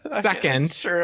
Second